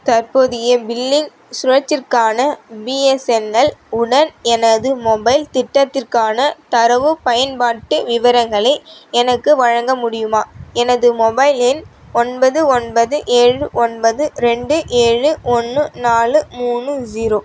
தற்போதைய பில்லிங் சுழற்சிக்கான பிஎஸ்என்எல் உடன் எனது மொபைல் திட்டத்திற்கான தரவு பயன்பாட்டு விவரங்களை எனக்கு வழங்க முடியுமா எனது மொபைல் எண் ஒன்பது ஒன்பது ஏழு ஒன்பது ரெண்டு ஏழு ஒன்று நாலு மூணு ஸீரோ